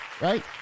right